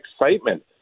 excitement